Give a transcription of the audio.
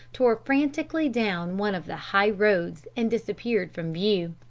tore frantically down one of the high roads, and disappeared from view.